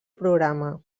programa